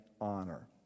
honor